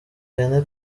hene